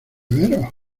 veros